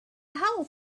whole